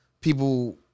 people